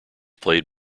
played